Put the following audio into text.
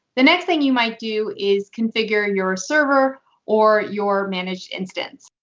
the next thing you might do is configuring your server or your managed instance.